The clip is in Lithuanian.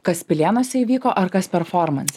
kas pilėnuose įvyko ar kas performanse